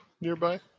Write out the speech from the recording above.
nearby